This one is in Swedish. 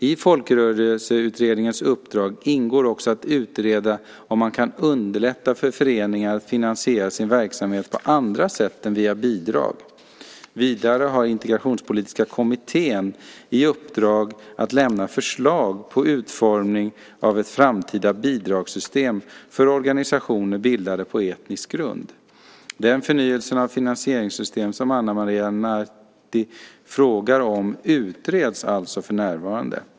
I Folkrörelseutredningens uppdrag ingår också att utreda om man kan underlätta för föreningarna att finansiera sin verksamhet på andra sätt än via bidrag. Vidare har Integrationspolitiska kommittén i uppdrag att lämna förslag på utformning av ett framtida bidragssystem för organisationer bildade på etnisk grund. Den förnyelse av finansieringssystemet som Ana Maria Narti frågar om utreds alltså för närvarande.